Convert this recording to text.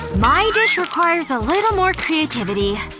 my dish requires a little more creativity.